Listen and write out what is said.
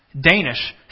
Danish